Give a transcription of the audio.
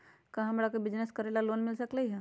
का हमरा के बिजनेस करेला लोन मिल सकलई ह?